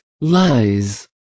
lies